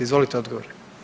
Izvolite odgovor.